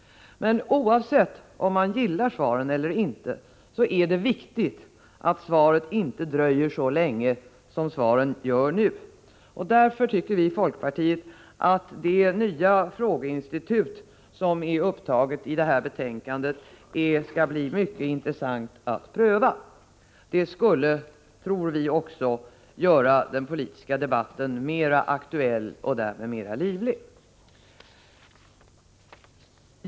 Men oavsett om man gillar svaret eller inte, är det viktigt att svaret inte dröjer så länge som svaren gör nu. Därför tycker vi i folkpartiet att det nya frågeinstitut som aktualiseras i detta betänkande skall bli mycket intressant att pröva. Det skulle, tror vi, också göra den politiska debatten aktuell och därmed mera livlig.